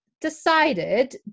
decided